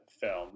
film